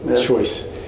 choice